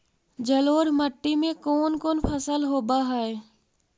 जलोढ़ मट्टी में कोन कोन फसल होब है?